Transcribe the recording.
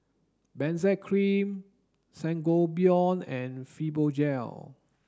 benzac cream Sangobion and Fibogel